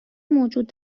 موجود